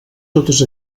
totes